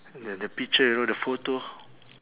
the the picture you know the photo